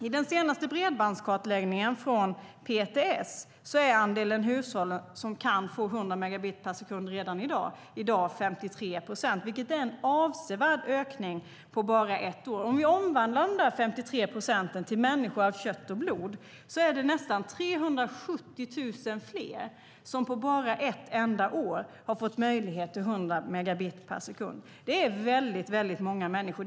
I den senaste bredbandskartläggningen från PTS är andelen hushåll som kan få 100 megabit per sekund redan i dag 53 procent, vilket är en avsevärd ökning på bara ett år. Om vi omvandlar de där 53 procenten till människor av kött och blod kan vi fastslå att det på bara ett enda år är ytterligare nästan 370 000 personer som fått möjlighet till 100 megabit per sekund. Det är väldigt många människor.